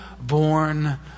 born